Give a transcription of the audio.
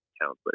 counselor